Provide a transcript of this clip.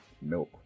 milk